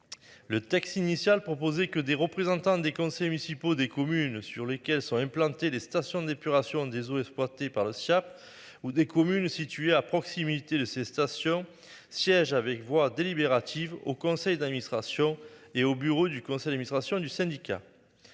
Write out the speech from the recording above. Le texte initial proposé que des représentants des conseils municipaux des communes sur lesquelles sont implantées les stations d'épuration des eaux exploité par le Siaap ou des communes situées à proximité de ces stations siègent avec voix délibérative au conseil d'administration et au bureau du conseil administration du syndicat.